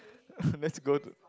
let's go to